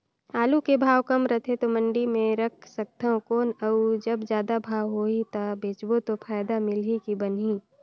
आलू के भाव कम रथे तो मंडी मे रख सकथव कौन अउ जब जादा भाव होही तब बेचबो तो फायदा मिलही की बनही?